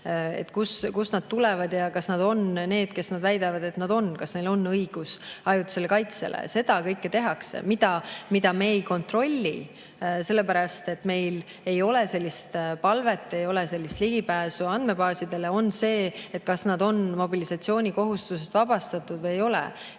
et kust nad tulevad ja kas nad on need, kes nad väidavad end olevat, kas neil on õigus ajutisele kaitsele. Seda kõike tehakse. Mida me ei kontrolli, sellepärast et meil ei ole sellist palvet, ei ole sellist ligipääsu andmebaasidele, on see, kas nad on mobilisatsioonikohustusest vabastatud või ei ole.